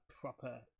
proper